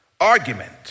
argument